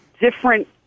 different